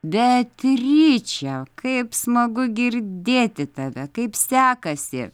beatriče kaip smagu girdėti tave kaip sekasi